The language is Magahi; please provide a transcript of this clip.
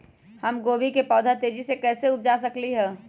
हम गोभी के पौधा तेजी से कैसे उपजा सकली ह?